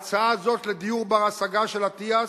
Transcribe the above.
ההצעה הזאת, לדיור בר-השגה, של אטיאס,